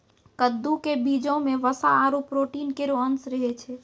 कद्दू क बीजो म वसा आरु प्रोटीन केरो अंश रहै छै